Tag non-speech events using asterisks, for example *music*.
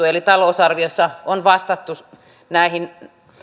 *unintelligible* eli talousarviossa on vastattu näihin